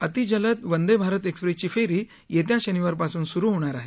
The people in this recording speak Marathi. अतिजलद वंदे भारत एक्सप्रेसची फेरी येत्या शनिवारपासून स्रु होणार आहे